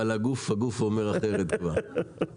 בני 18 אבל הגוף אומר אחרת כבר.